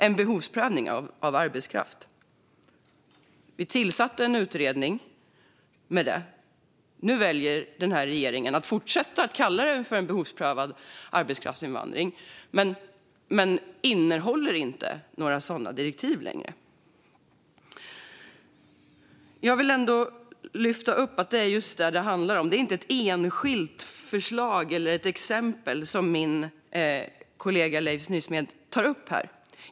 Vi socialdemokrater tillsatte en utredning om det, och den här regeringen väljer att fortsätta säga att den handlar om en behovsprövad arbetskraftsinvandring - men den innehåller inte längre några sådana direktiv. Jag vill lyfta fram att det inte handlar om något enskilt förslag eller exempel, som min kollega Leif Nysmed tog upp.